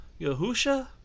Yahusha